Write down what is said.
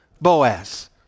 Boaz